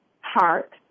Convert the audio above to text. Heart